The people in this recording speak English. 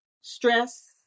stress